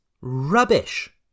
rubbish